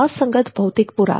અસંગત ભૌતિક પુરાવા